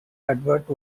advert